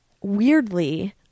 weirdly